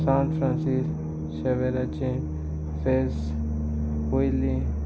सांत फ्रांसीस शेवेलाची फेस्त पयली